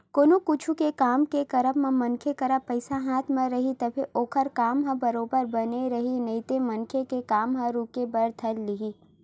कोनो कुछु के काम के करब म मनखे करा पइसा हाथ म रइही तभे ओखर काम ह बरोबर बने रइही नइते मनखे के काम ह रुके बर धर लिही